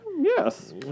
Yes